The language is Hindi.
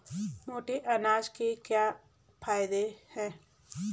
मोटे अनाज के क्या क्या फायदे हैं?